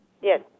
Yes